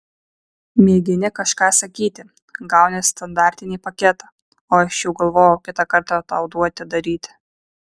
mėgini kažką sakyti gauni standartinį paketą o aš jau galvojau kitą kartą tau duoti daryti